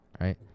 right